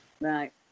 Right